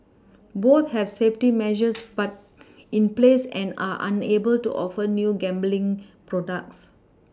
both have safety measures put in place and are unable to offer new gambling products